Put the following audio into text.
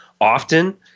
often